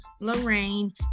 Lorraine